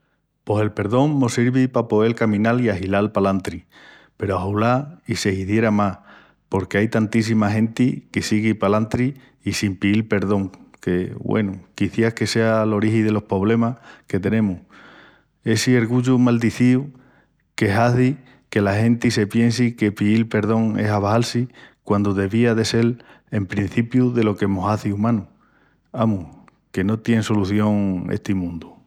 Pos el perdón mos sirvi pa poel caminal i ahilal palantri peru axolá i se hizieri más porque ai tantíssima genti que sigui palantri en sin píil perdón que, güenu, quiciás que sea l'origi delos pobremas que tenemus. Essi ergullu maldizíu que hazi que la genti se piensi que piíl perdón es abaxal-si quandu devía de sel el emprencipiu delo que mos hazi umanus. Amus, que no tien solución esti mundu.